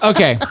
Okay